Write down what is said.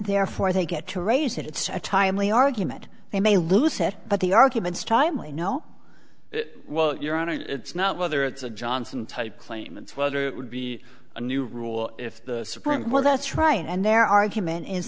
therefore they get to raise it it's a timely argument they may lose it but the arguments timely know it well your honor it's not whether it's a johnson type claimants whether it would be a new rule if the suppliant well that's right and their argument is